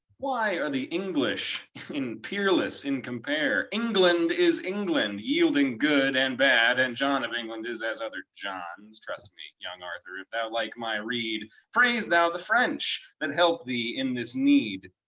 why are the english peerless in compare? england is england, yielding good and bad, and john of england is as other johns. trust me, young arthur, if thou like my reed, praise thou the french that help thee in this need.